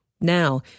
Now